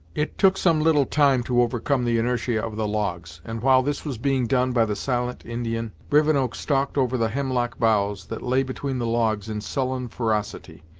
it took some little time to overcome the inertia of the logs, and while this was being done by the silent indian, rivenoak stalked over the hemlock boughs that lay between the logs in sullen ferocity,